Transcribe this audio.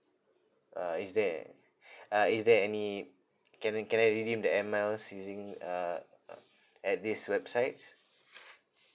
uh is there uh is there any can I can I redeem the air miles using uh uh at these websites